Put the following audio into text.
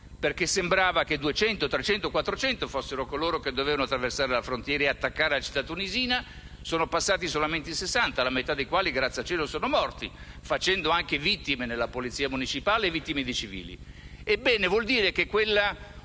perché sembrava che fossero 200, 300, 400 coloro che dovevano attraverso la frontiera ed attaccare la città tunisina, mentre sono passati solamente in 60, la metà dei quali, grazie al cielo, sono morti, facendo vittime nella polizia municipale e vittime civili. Ciò vuol dire che